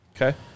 Okay